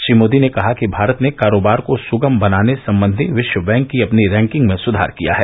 श्री मोदी ने कहा कि भारत ने कारोबार को सुगम बनाने संबंधी विश्व बैंक की अपनी रैंकिंग में सुधार किया है